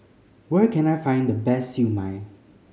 where can I find the best Siew Mai